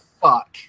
fuck